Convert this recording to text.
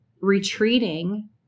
retreating